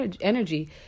energy